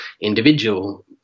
individual